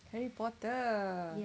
harry potter